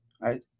Right